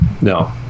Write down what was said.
No